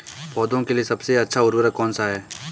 पौधों के लिए सबसे अच्छा उर्वरक कौनसा हैं?